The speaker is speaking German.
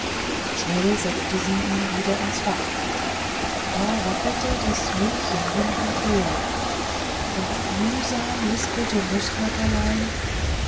schnell setzte sie ihn wieder ins fach da wackelte das mündchen hin und her und mühsam lispelte